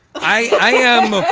i am.